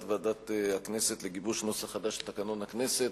ועדת הכנסת לגיבוש נוסח חדש לתקנון הכנסת.